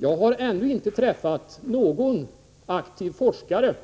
Jag har ännu inte träffat någon aktiv forskare